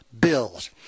bills